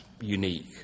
unique